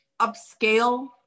upscale